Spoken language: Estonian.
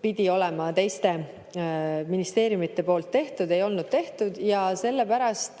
pidi olema teiste ministeeriumide poolt tehtud, ei olnud tehtud. Sellepärast